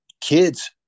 kids